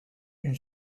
une